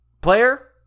player